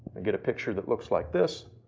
and get a picture that looks like this.